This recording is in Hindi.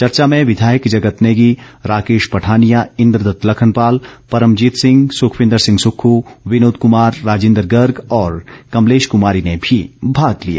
चर्चा में विधायक जगत नेगी राकेश पठानिया इंद्र दत्त लखनपाल परमजीत सिंह सुखविंदर सिंह सुक्खू विनोद कुमार राजिंदर गर्ग और कमलेश कुमारी ने भी भाग लिया